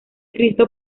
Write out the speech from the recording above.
cristo